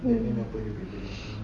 mm